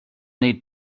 need